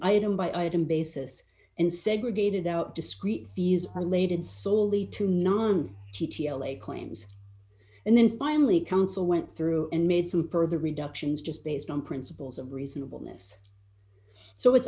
item by item basis and segregated out discrete fees are laid in solely to non t t l a claims and then finally counsel went through and made some further reductions just based on principles of reasonable ness so i